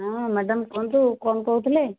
ହଁ ମ୍ୟାଡ଼ାମ୍ କୁହନ୍ତୁ କ'ଣ କହୁଥିଲେ